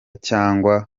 cyangwa